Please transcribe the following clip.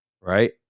right